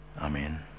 Amen